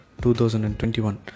2021